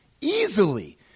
easily